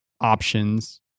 options